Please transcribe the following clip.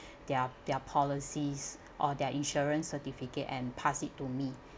their their policies or their insurance certificate and pass it to me